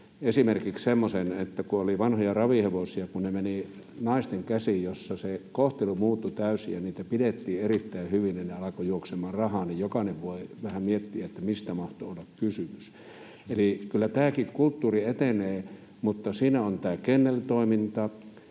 esimerkiksi semmoisen, että kun oli vanhoja ravihevosia, niin kun ne menivät naisten käsiin ja se kohtelu muuttui täysin ja niitä pidettiin erittäin hyvin, niin ne alkoivat juoksemaan rahaa. Jokainen voi vähän miettiä, mistä mahtoi olla kysymys. Kyllä tämäkin kulttuuri etenee, mutta siinä on tämä kenneltoiminta,